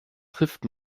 trifft